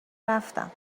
رفتم